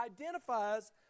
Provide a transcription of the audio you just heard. identifies